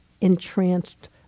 entranced